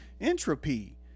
entropy